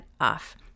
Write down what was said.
off